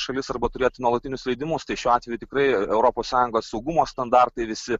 šalis arba turėti nuolatinius leidimus tai šiuo atveju tikrai europos sąjungos saugumo standartai visi